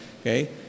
Okay